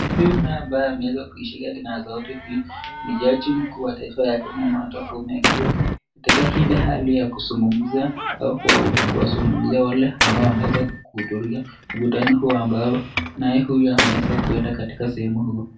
Huyu na ambaye ameweza kuishika kipaza sauti hii ni jaji mkuu wa taifa ya Kenya Martha Koome akiwa katika ile hali ya kuzungumza au kuwazungumzia wale ambao wameweza kuhudhuria mkutano huu ambao naye huyu ameweza kwenda katika sehemu huu.